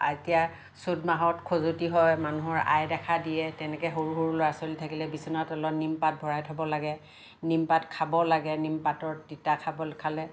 এতিয়া চ'ত মাহত খজুৱতি হয় মানুহৰ আই দেখা দিয়ে তেনেকৈ সৰু সৰু ল'ৰা ছোৱালী থাকিলে বিছনা তলত নিমপাত ভৰাই থ'ব লাগে নিম পাত খাব লাগে নিমপাতৰ তিতা খাব খালে